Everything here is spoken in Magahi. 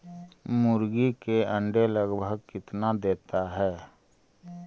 मुर्गी के अंडे लगभग कितना देता है?